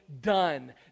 done